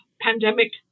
pandemic